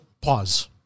pause